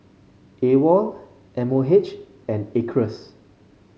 AWOL M O H and Acres